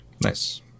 Nice